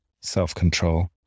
self-control